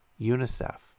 UNICEF